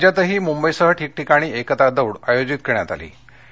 राज्यातही मुंबईसह ठिकठिकाणी एकता दौड आयोजित करण्यात आली होती